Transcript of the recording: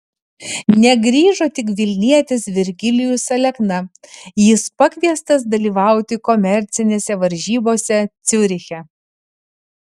negrįžo tik vilnietis virgilijus alekna jis pakviestas dalyvauti komercinėse varžybose ciuriche